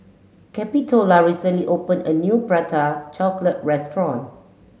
Capitola recently opened a new Prata Chocolate Restaurant